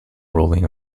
rolling